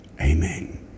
Amen